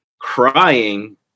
crying